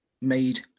made